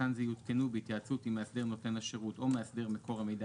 קטן זה יעודכנו בהתייעצות עם מאסדר נותן השירות או מאסדר מקור המידע